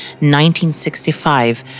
1965